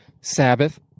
Sabbath